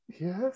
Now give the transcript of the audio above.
yes